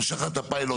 המשכת הפיילוט,